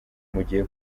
mugiye